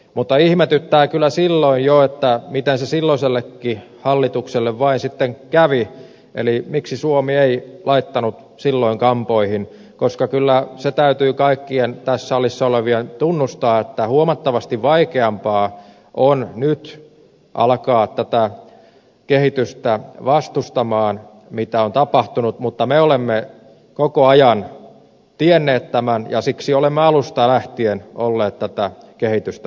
mutta ihmetytti kyllä silloin jo miten se silloisellekin hallitukselle vain kävi eli miksi suomi ei laittanut silloin kampoihin koska kyllä se täytyy kaikkien tässä salissa olevien tunnustaa että huomattavasti vaikeampaa on nyt alkaa tätä kehitystä vastustaa mitä on tapahtunut mutta me olemme koko ajan tienneet tämän ja siksi olemme alusta lähtien olleet tätä kehitystä vastaan